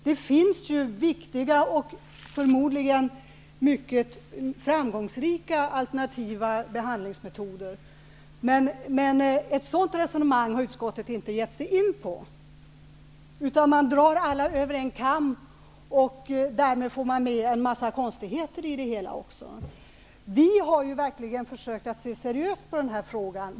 Det finns viktiga och förmodligen mycket framgångsrika alternativa behandlingsmetoder, men ett sådant resonemang har utskottet inte gett sig in på. Man drar alla över en kam och därmed får med en hel del konstigheter i det hela. Vi har verkligen försökt att se seriöst på denna fråga.